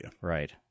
Right